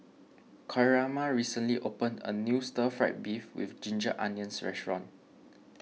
Coraima recently opened a new Stir Fried Beef with Ginger Onions Restaurant